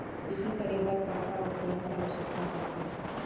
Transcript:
कृषि करे बर का का उपकरण के आवश्यकता परथे?